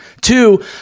Two